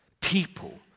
people